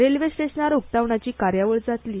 रेल्वे स्टेशनार उक्तावणाची कार्यावळ जातली